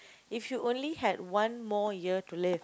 if you only had one more year to live